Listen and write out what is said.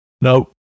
No